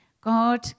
God